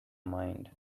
mind